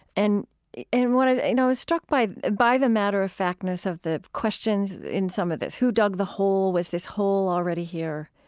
and and i was struck by by the matter-of-factness of the questions in some of this. who dug the hole? was this hole already here?